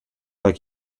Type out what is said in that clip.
like